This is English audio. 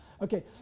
okay